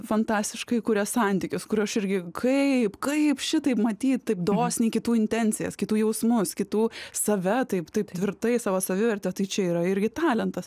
fantastiškai kuria santykius kurių irgi kaip kaip šitaip matyt taip dosniai kitų intencijas kitų jausmus kitų save taip taip tvirtai savo savivertę tai čia yra irgi talentas